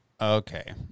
Okay